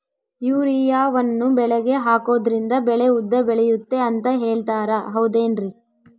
ಯೂರಿಯಾವನ್ನು ಬೆಳೆಗೆ ಹಾಕೋದ್ರಿಂದ ಬೆಳೆ ಉದ್ದ ಬೆಳೆಯುತ್ತೆ ಅಂತ ಹೇಳ್ತಾರ ಹೌದೇನ್ರಿ?